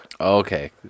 Okay